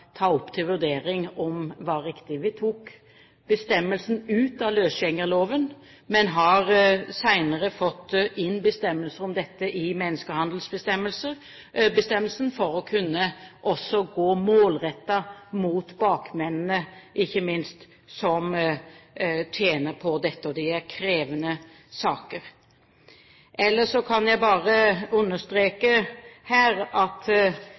ta opp til ny vurdering. Vi tok bestemmelsen ut av løsgjengerloven, men har senere fått inn bestemmelser om dette i menneskehandelsbestemmelsen for å kunne gå målrettet mot bakmennene ikke minst, som tjener på dette, og det er krevende saker. Ellers kan jeg bare understreke at